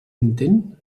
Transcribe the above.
intent